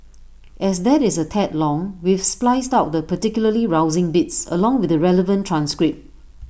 as that is A tad long we've spliced out the particularly rousing bits along with the relevant transcript